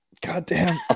Goddamn